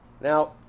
Now